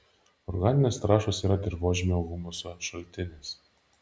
organinės trąšos yra dirvožemio humuso šaltinis